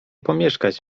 pomieszkać